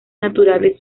naturales